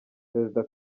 perezida